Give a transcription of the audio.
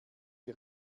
wir